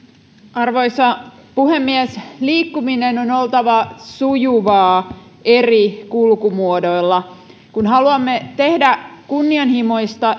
arvoisa puhemies liikkumisen on oltava sujuvaa eri kulkumuodoilla kun haluamme tehdä kunnianhimoista